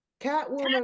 Catwoman